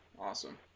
awesome